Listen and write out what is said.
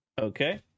Okay